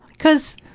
because,